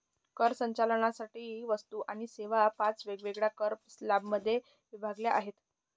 कर संकलनासाठी वस्तू आणि सेवा पाच वेगवेगळ्या कर स्लॅबमध्ये विभागल्या आहेत